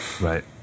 Right